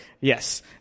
Yes